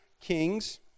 Kings